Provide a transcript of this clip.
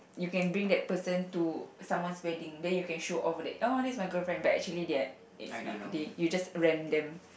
you can bring that person to someone's wedding then you can show off that oh it's my girlfriend but actually they are it's not you just rent them